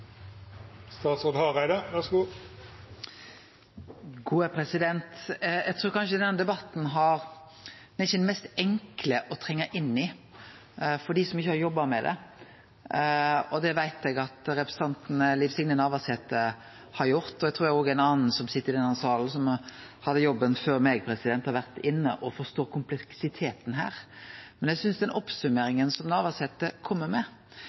den enklaste å trengje inn i for dei som ikkje har jobba med det, men det veit eg at representanten Liv Signe Navarsete har gjort, og eg trur òg ein annan, som sit i denne salen, som hadde jobben før meg, har vore inne og forstått kompleksiteten her. Eg synest det er ei god oppsummering Navarsete kjem med,